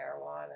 marijuana